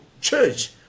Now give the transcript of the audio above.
church